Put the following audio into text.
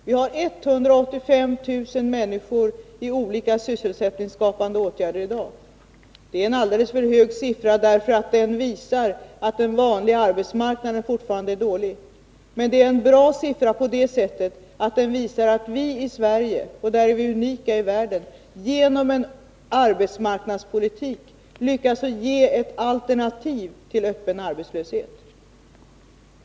Vi har 185 000 människor i olika sysselsättningsskapande åtgärder i dag. Det är en alldeles för hög siffra, därför att den visar att den vanliga arbetsmarknaden fortfarande är dålig. Men det är en bra siffra på det sättet att den visar att vi i Sverige — och där är vi unika i världen — genom en arbetsmarknadspolitik har lyckats ge ett alternativ till öppen arbetslöshet.